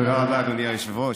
תודה רבה, אדוני היושב-ראש.